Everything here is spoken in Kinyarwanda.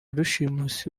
rushimusi